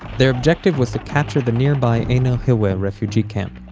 their objective was to capture the nearby ein el-hilweh refugee camp.